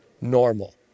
normal